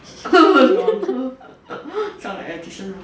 LOL 上来 edition